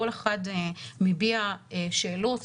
כל אחד מביע שאלות,